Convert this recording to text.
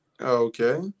Okay